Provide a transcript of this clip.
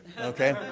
Okay